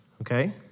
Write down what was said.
Okay